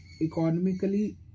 economically